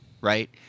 Right